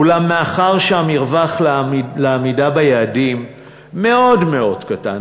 אולם מאחר שהמרווח לעמידה ביעדים מאוד-מאוד קטן,